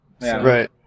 Right